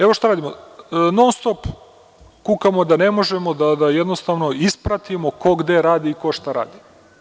Evo, šta radimo, non-stop kukamo da ne možemo da jednostavno ispratimo ko gde radi i ko šta radi.